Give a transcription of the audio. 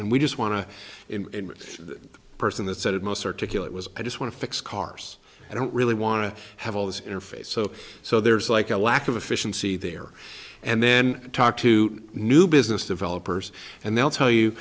and we just want to in person that said it most articulate was i just want to fix cars i don't really want to have all this interface so so there's like a lack of efficiency there and then talk to new business developers and they'll tell you